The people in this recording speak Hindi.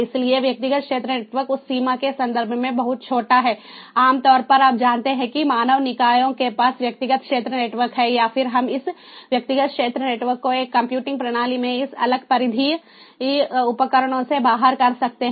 इसलिए व्यक्तिगत क्षेत्र नेटवर्क उस सीमा के संदर्भ में बहुत छोटा हैं आमतौर पर आप जानते हैं कि मानव निकायों के पास व्यक्तिगत क्षेत्र नेटवर्क है या फिर हम इस व्यक्तिगत क्षेत्र नेटवर्क को एक कंप्यूटिंग प्रणाली में इस अलग परिधीय उपकरणों से बाहर कर सकते हैं